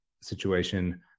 situation